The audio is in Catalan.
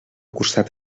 costat